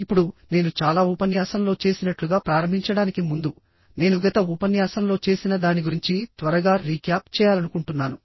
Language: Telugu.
ఇప్పుడు నేను చాలా ఉపన్యాసంలో చేసినట్లుగా ప్రారంభించడానికి ముందు నేను గత ఉపన్యాసంలో చేసిన దాని గురించి త్వరగా రీక్యాప్ చేయాలనుకుంటున్నాను